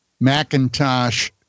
Macintosh